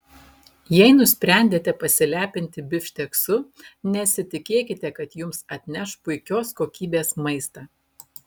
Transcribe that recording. jei nusprendėte pasilepinti bifšteksu nesitikėkite kad jums atneš puikios kokybės maistą